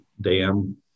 dam